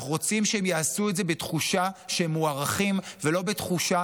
אנחנו רוצים שהם יעשו את זה בתחושה שהם מוערכים ולא בתחושה